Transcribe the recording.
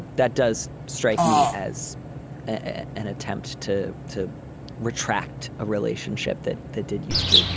that does strike me as an and attempt to to retract a relationship that the dad used to.